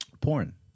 porn